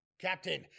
Captain